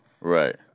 Right